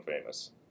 famous